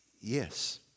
Yes